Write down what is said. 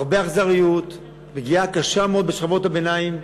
הרבה אכזריות, פגיעה קשה מאוד בשכבות הביניים,